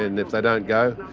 and if they don't go,